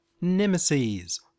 Nemesis